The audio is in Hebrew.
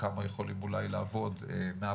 כמה אנשים יכולים אולי לעבוד מהבית,